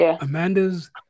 Amanda's